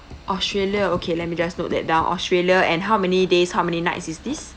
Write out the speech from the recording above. australia okay let me just note that down australia and how many days how many nights is this